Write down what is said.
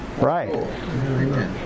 right